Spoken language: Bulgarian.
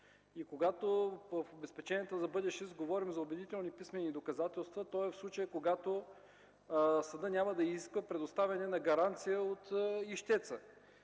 Когато в обезпечението за бъдещ иск говорим за „убедителни писмени доказателства”, то е в случай, когато съдът няма да изисква предоставяне на гаранция от ищеца,